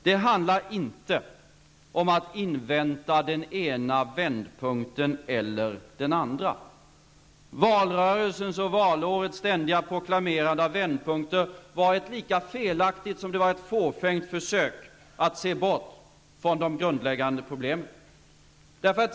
Det handlar inte om att invänta den ena vändpunkten eller den andra. Valrörelsens och valårets ständiga proklamerande av vändpunkter var ett lika felaktigt som fåfängt försök att se bort från de grundläggande problemen.